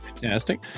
fantastic